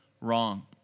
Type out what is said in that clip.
wrong